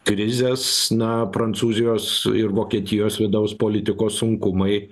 krizes na prancūzijos ir vokietijos vidaus politikos sunkumai